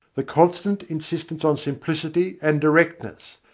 the constant insistence on simplicity and directness,